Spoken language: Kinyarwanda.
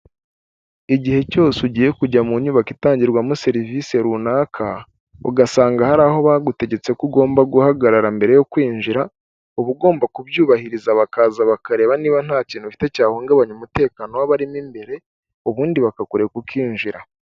Igihe cyose ugiye kujya mu nyubako itangirwamo serivisi runaka, ugasanga hari aho bagutegetse ko ugomba guhagarara mbere yo kwinjira, uba ugomba kubyubahiriza bakaza bakareba niba nta kintu ufite cyahungabanya umutekano w'abarimo imbere, ubundi bakakureka ukinjira.